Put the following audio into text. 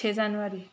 से जानुवारि